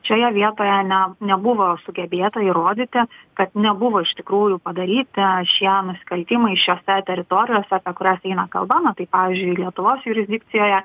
šioje vietoje ne nebuvo sugebėta įrodyti kad nebuvo iš tikrųjų padaryti šie nusikaltimai šiose teritorijose kurias eina kalba na tai pavyzdžiui lietuvos jurisdikcijoje